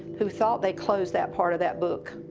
who thought they closed that part of that book.